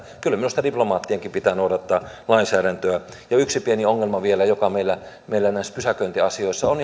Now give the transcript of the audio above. kyllä minusta diplomaattienkin pitää noudattaa lainsäädäntöä yksi pieni ongelma vielä joka meillä meillä näissä pysäköintiasioissa on